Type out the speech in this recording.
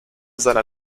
seiner